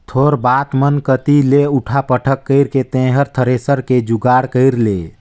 थोर बात मन कति ले उठा पटक कइर के तेंहर थेरेसर के जुगाड़ कइर ले